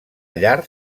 llar